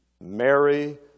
Mary